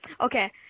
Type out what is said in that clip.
Okay